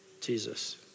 Jesus